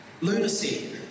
Lunacy